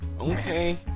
Okay